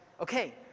Okay